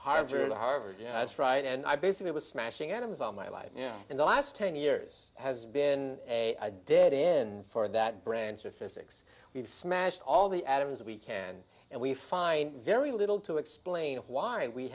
harvard harvard yeah that's right and i basically was smashing atoms all my life in the last ten years has been a dead end for that branch of physics we've smashed all the atoms we can and we find very little to explain why we